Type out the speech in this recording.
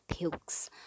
pilks